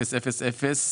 הרשימה אושרה.